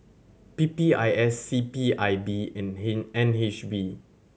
P P I S C P I B and N H B